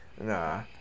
Nah